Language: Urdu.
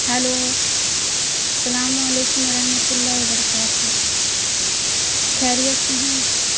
ہیلو السّلام علیکم ورحمتہ اللّہ وبرکاتہ خیریت سے ہیں